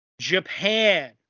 Japan